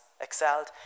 excelled